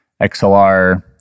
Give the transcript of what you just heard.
XLR